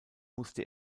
musste